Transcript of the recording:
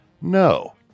No